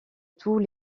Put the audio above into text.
toutes